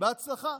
בהצלחה.